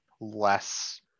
less